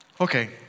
Okay